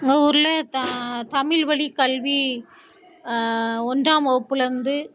எங்கள் ஊரில் த தமிழ் வழி கல்வி ஒன்றாம் வகுப்புலருந்து